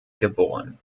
geboren